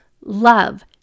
Love